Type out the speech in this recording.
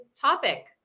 topic